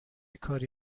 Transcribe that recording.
کاری